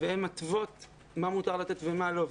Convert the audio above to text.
והן מתוות מה מותר לתת ומה לא.